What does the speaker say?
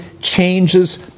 changes